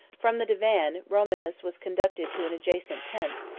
from the divan, romanus was conducted to an adjacent tent,